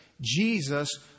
Jesus